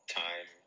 time